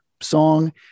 song